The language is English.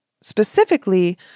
specifically